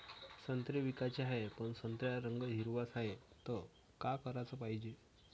संत्रे विकाचे हाये, पन संत्र्याचा रंग हिरवाच हाये, त का कराच पायजे?